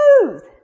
smooth